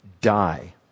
die